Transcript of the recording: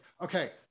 okay